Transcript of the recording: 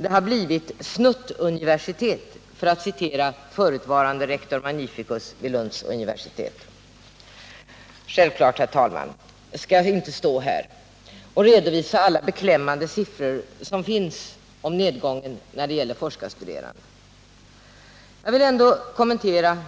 De har blivit ”snuttuniversitet” för att citera förutvarande rector magnificus vid Lunds universitet. Självklart, herr talman, skall jag inte stå här och redovisa alla beklämmande siffror som finns om nedgången av antalet forskarstuderande. Jag vill ändå kommentera